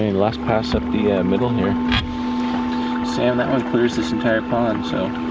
and last pass up the middle sam, that one clears this entire pond. so